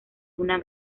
una